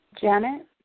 Janet